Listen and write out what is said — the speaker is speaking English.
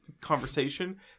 conversation